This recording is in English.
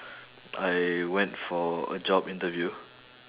I went for a job interview